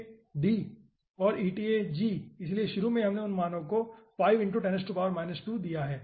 तो eta d और eta g इसलिए शुरू में हमने उन मानों को 5 x 10 2 दिया है